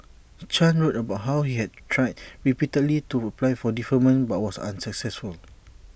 chan wrote about how he had tried repeatedly to apply for deferment but was unsuccessful